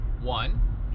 one